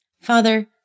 Father